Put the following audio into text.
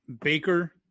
Baker